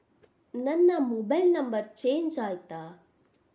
ನನ್ನ mobile number change ಆಯ್ತಾ?